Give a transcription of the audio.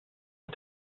the